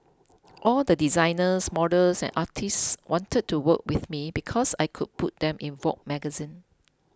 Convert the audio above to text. all the designers models and artists wanted to work with me because I could put them in Vogue magazine